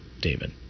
David